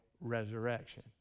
resurrection